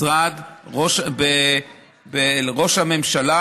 ראש הממשלה,